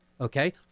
okay